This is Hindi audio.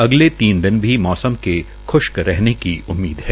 अगले तीन दिन भी मौसम के ख्श्क रहने की उम्मीद है